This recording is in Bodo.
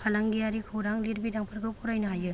फालांगियारि खौरां लिरबिदांफोरखौ फरायनो हायो